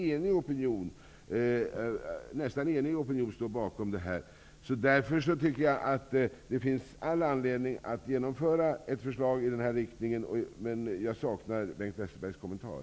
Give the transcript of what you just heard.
En nästan enig opinion står bakom detta. Därför tycker jag att det finns all anledning att genomföra ett förslag i den riktningen, men jag saknar Bengt Westerbergs kommentar.